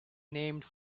named